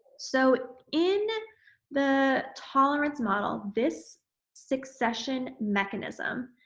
so, in the tolerance model, this succession mechanism,